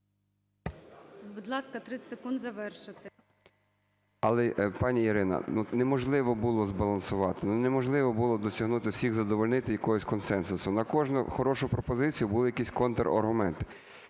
Будь ласка, 30 секунд завершити. ІВАНЧУК А.В. Але, пані Ірина, ну, неможливо було збалансувати, ну, не можливо були досягнути, всіх задовольнити, якогось консенсусу. На кожну хорошу пропозицію були якісь контраргументи.